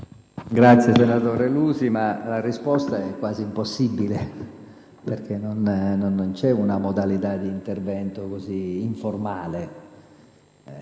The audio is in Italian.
Senatore Lusi, la risposta è quasi impossibile, perché non esiste una modalità di intervento informale.